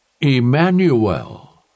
Emmanuel